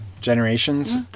generations